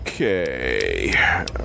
Okay